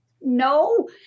no